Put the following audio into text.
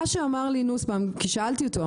מה שאמר לי נוסבאום כאשר שאלתי אותו,